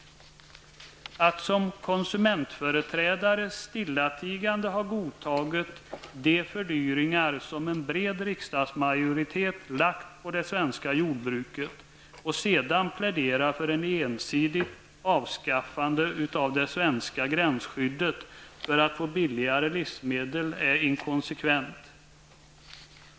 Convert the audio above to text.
Att som konsumentföreträdare stillatigande ha godtagit de fördyringar som en bred riksdagsmajoritet lagt på det svenska jordbruket och sedan plädera för ensidigt avskaffande av det svenska gränsskyddet för att få billigare livsmedel är inkonsekvent.